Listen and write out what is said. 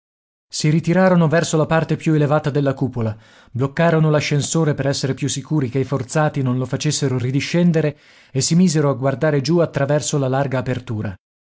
si ritirarono verso la parte più elevata della cupola bloccarono l'ascensore per essere più sicuri che i forzati non lo facessero ridiscendere e si misero a guardare giù attraverso la larga apertura